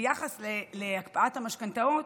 ביחס להקפאת המשכנתאות,